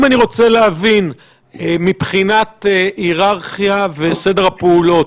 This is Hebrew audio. אם אני רוצה להבין מבחינת היררכיה וסדר הפעולות,